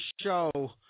show